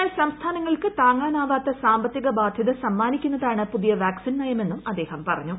എന്നാൽ സംസ്ഥാനങ്ങൾക്ക് താങ്ങാനാവാത്ത സാമ്പത്തിക ബാധ്യത സമ്മാനിക്കുന്നതാണ് പുതിയ വാക്സിൻ നയമെന്നും അദ്ദേഹം പറഞ്ഞു